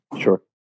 Sure